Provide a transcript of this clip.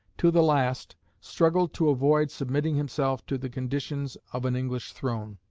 to the last, struggled to avoid submitting himself to the conditions of an english throne.